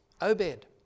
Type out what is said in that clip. Obed